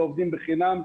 לא עובדים בחינם,